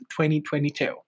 2022